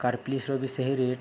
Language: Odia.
କାର୍ପ୍ଲିସ୍ର ବି ସେହି ରେଟ୍